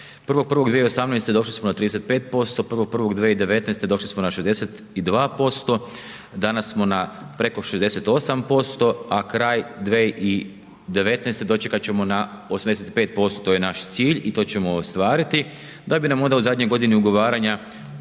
1.1.2018. došli smo na 35%, 1.1.2019. došli smo na 62%, danas smo na preko 68% a kraj 2019. dočekat ćemo na 85% je naš cilj i to ćemo ostvariti da bi nam onda u zadnjoj godini ugovaranja